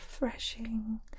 refreshing